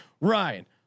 Ryan